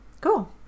cool